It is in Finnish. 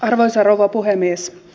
arvoisa rouva puhemies